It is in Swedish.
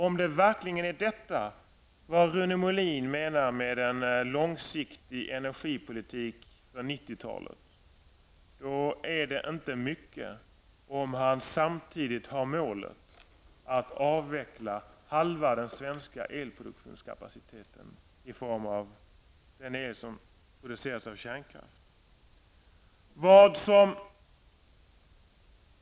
Om det verkligen är detta som Rune Molin menar med en långsiktig energipolitik för 90-talet, är det inte mycket om han samtidigt har målet att avveckla halva den svenska kapaciteten för elproduktion i form av den el som produceras med hjälp av kärnkraft.